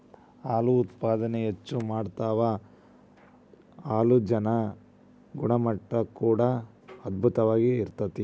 ಹಾಲು ಉತ್ಪಾದನೆ ಹೆಚ್ಚ ಮಾಡತಾವ ಹಾಲಜನ ಗುಣಮಟ್ಟಾ ಕೂಡಾ ಅಧ್ಬುತವಾಗಿ ಇರತತಿ